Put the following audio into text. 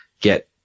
get